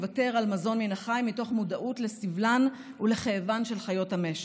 לוותר על מזון מן החי מתוך מודעות לסבלן ולכאבן של חיות המשק,